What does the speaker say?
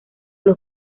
los